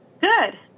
good